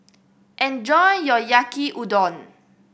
enjoy your Yaki Udon